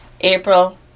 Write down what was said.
April